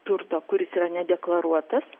turto kuris yra nedeklaruotas